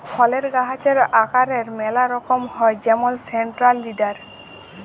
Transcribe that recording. ফলের গাহাচের আকারের ম্যালা রকম হ্যয় যেমল সেলট্রাল লিডার